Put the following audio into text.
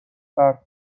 برف